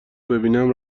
ببینم